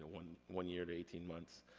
one one year to eighteen months,